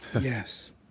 Yes